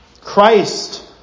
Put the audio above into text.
Christ